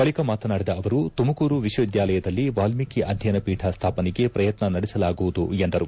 ಬಳಿಕ ಮಾತನಾಡಿದ ಅವರು ತುಮಕೂರು ವಿಶ್ವವಿದ್ದಾಲಯದಲ್ಲಿ ವಾಲ್ಮೀಕಿ ಅಧ್ಯಯನ ಪೀಠ ಸ್ವಾಪನೆಗೆ ಪ್ರಯತ್ನ ನಡೆಸಲಾಗುವುದು ಎಂದರು